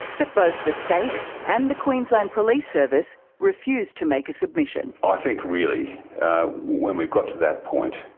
but both the state and the queensland police service refused to make a submission. i think really when we've got to that point,